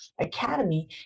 academy